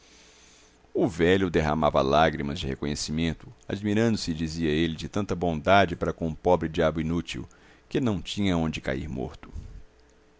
o velho derramava lágrimas de reconhecimento admirando se dizia ele de tanta bondade para com um pobre diabo inútil que não tinha onde cair morto